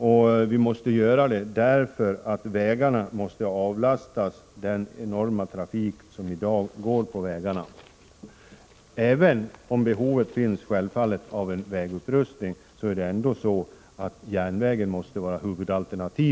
Det är nödvändigt därför att vägarna måste avlastas den enorma trafik som i dag går där. Även om behov självfallet också finns av en vägupprustning, måste järnvägen vara huvudalternativet.